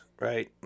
right